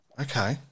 Okay